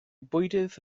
bwydydd